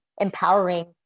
empowering